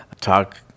talk